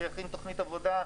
שיכין תכנית עבודה,